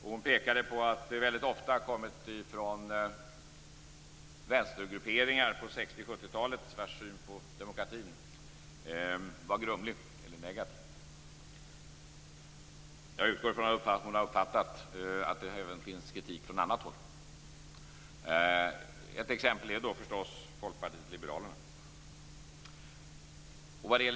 Hon pekade på att det väldigt ofta har kommit från vänstergrupperingar på 60 och 70-talen vilkas syn på demokratin var grumlig eller negativ. Jag utgår från att hon har uppfattat att det även finns kritik från annat håll. Ett exempel är förstås Folkpartiet liberalerna.